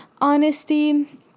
Honesty